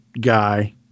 guy